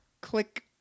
Click